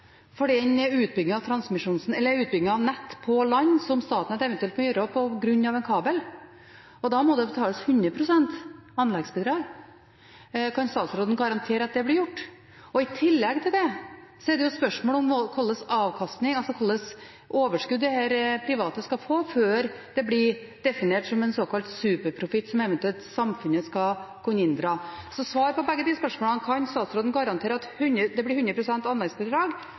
av nett på land som Statnett eventuelt må gjøre på grunn av en kabel. Da må det betales 100 pst. anleggsbidrag. Kan statsråden garantere at det blir gjort? I tillegg til det er det et spørsmål om hva slags overskudd de private skal få før det blir definert som såkalt superprofitt, som samfunnet eventuelt skal kunne inndra. Så svar på begge de spørsmålene: Kan statsråden garantere at det blir 100 pst. anleggsbidrag?